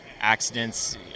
accidents